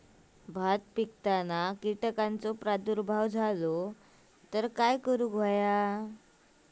भात पिकांक कीटकांचो प्रादुर्भाव झालो तर काय करूक होया?